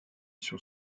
sur